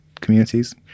communities